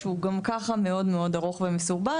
שהוא גם ככה מאוד מאוד ארוך ומסורבל,